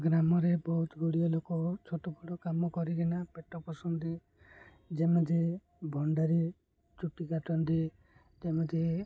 ଗ୍ରାମରେ ବହୁତ ଗୁଡ଼ିଏ ଲୋକ ଛୋଟମୋଟ କାମ କରିକିନା ପେଟ ପୋଷନ୍ତି ଯେମିତି ଭଣ୍ଡାରୀ ଚୁଟି କାଟନ୍ତି ଯେମିତି